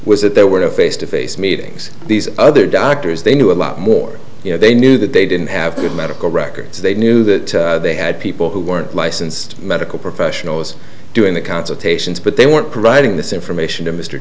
was that there were face to face meetings these other doctors they knew a lot more you know they knew that they didn't have good medical records they knew that they had people who weren't licensed medical professionals doing the consultations but they weren't providing this information to mr